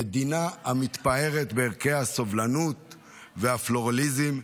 מדינה המתפארת בערכי הסובלנות והפלורליזם,